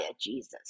Jesus